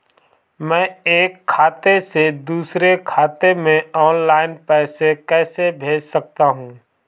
मैं एक खाते से दूसरे खाते में ऑनलाइन पैसे कैसे भेज सकता हूँ?